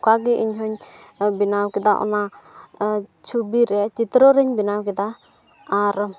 ᱚᱱᱠᱟᱜᱮ ᱤᱧᱦᱚᱧ ᱵᱮᱱᱟᱣ ᱠᱮᱫᱟ ᱚᱱᱟ ᱪᱷᱚᱵᱤ ᱨᱮ ᱪᱤᱛᱛᱨᱚ ᱨᱮᱧ ᱵᱮᱱᱟᱣ ᱠᱮᱫᱟ ᱟᱨ